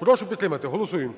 Прошу підтримати. Голосуємо.